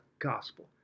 gospel